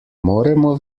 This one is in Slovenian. moremo